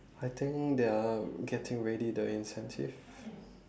I think they are getting ready the incentive